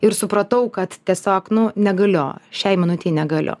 ir supratau kad tiesiog nu negaliu šiai minutei negaliu